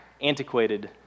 antiquated